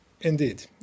indeed